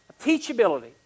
teachability